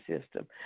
system